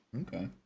Okay